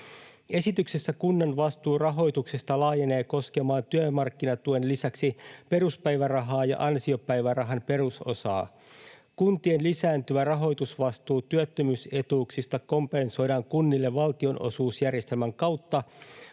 Esityksessä kunnan vastuu rahoituksesta laajenee koskemaan työmarkkinatuen lisäksi peruspäivärahaa ja ansiopäivärahan perusosaa. Kuntien lisääntyvä rahoitusvastuu työttömyysetuuksista kompensoidaan kunnille valtionosuusjärjestelmän kautta,